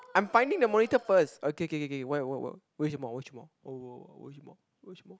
I'm finding the monitor first okay k k k why why what wei shen me wei shen me wei shen me